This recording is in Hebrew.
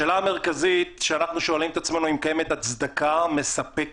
השאלה המרכזית שאנחנו שואלים את עצמנו היא אם קיימת הצדקה מספקת